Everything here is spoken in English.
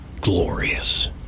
glorious